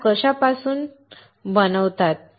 तारा कशापासून बनतात